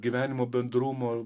gyvenimo bendrumo